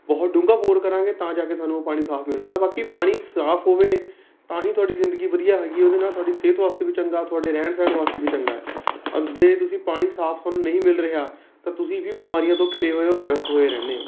ਬਹੁਤ ਡੂੰਘਾ ਬੋਰ ਕਰਾਂਗੇ ਤਾਂ ਜਾ ਕੇ ਸਾਨੂੰ ਉਹ ਪਾਣੀ ਸਾਫ਼ ਮਿਲਦਾ ਬਾਕੀ ਪਾਣੀ ਸਾਫ਼ ਹੋਵੇ ਤਾਂ ਹੀ ਤੁਹਾਡੀ ਜ਼ਿੰਦਗੀ ਵਧੀਆ ਹੈਗੀ ਹੈ ਉਹਦੇ ਨਾਲ ਤੁਹਾਡੀ ਸਿਹਤ ਵਾਸਤੇ ਵੀ ਚੰਗਾ ਤੁਹਾਡੇ ਰਹਿਣ ਸਹਿਣ ਵਾਸਤੇ ਵੀ ਚੰਗਾ ਹੈ ਅਤੇ ਤੁਸੀਂ ਪਾਣੀ ਸਾਫ਼ ਤੁਹਾਨੂੰ ਨਹੀਂ ਮਿਲ ਰਿਹਾ ਤਾਂ ਤੁਸੀਂ ਵੀ ਬਿਮਾਰੀਆਂ ਤੋਂ ਘਿਰੇ ਹੋਏ ਹੋ ਗ੍ਰਸਤ ਹੋਏ ਰਹਿੰਦੇ ਹੋ